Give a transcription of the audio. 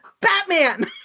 batman